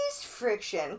friction